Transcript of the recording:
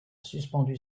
suspendu